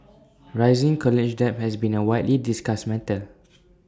rising college debt has been A widely discussed matter